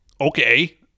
Okay